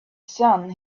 sun